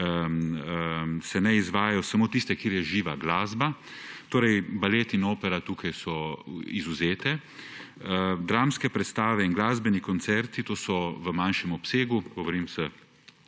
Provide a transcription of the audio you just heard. se ne izvajajo samo tiste, kjer je živa glasba, torej balet in opera sta tukaj izvzeta. Dramske predstave in glasbeni koncerti, to so v manjšem obsegu, govorim s